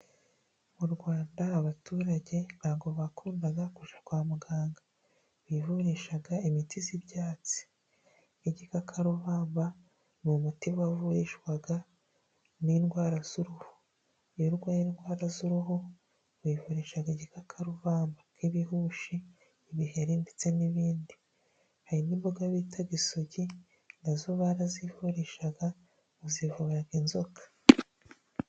Mu Rwanda abaturage nta bwo bakundaga kujya kwa muganga. Bivurishaga imiti y'ibyatsi. Igikakarubamba ni umuti wavurishwaga n'indwara z'uruhu. iyo urwaye indwara z'uruhu, wivurisha igikakarubamba nk'ibihushi, ibiheri, ndetse n'ibindi. hari n'imboga bitaga isogi na zo barazivurishaga ngo zivura inzoka.